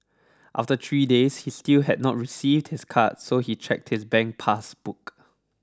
after three days he still had not received his card so he checked his bank pass book